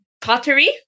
pottery